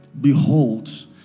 Behold